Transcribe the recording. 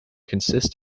consist